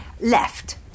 Left